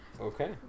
Okay